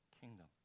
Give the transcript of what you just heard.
kingdom